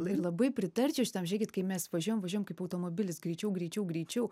labai pritarčiau šitam žėkit kai mes važiuojam važiuojam kaip automobilis greičiau greičiau greičiau